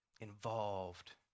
involved